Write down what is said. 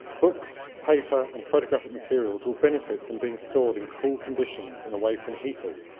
books, paper and photographic materials will benefit from being stored in cold conditions and away from heaters,